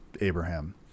abraham